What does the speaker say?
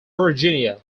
virginia